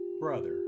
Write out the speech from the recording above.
Brother